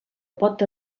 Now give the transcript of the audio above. pot